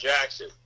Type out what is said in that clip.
Jackson